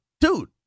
dude